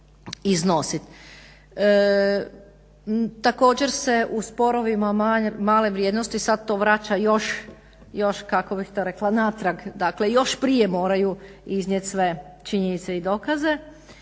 Također se u sporovima male vrijednosti sad to vraća još natrag, dakle još prije moraju iznijet sve činjenice i dokaze